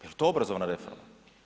Jel to obrazovna reforma?